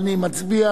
אני מצביע.